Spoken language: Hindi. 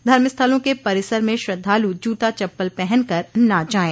धर्म स्थलों के परिसर में श्रद्धालु जूता चप्पल पहनकर न जाएं